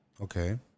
Okay